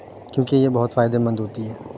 کیوں کہ یہ بہت فائدے مند ہوتی ہے